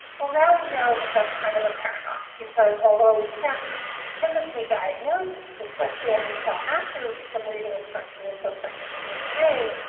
well now we know that that's kind of a paradox because although we can't typically diagnose dyslexia until after some reading instruction until second and third grade,